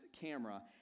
camera